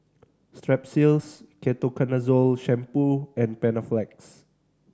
Strepsils Ketoconazole Shampoo and Panaflex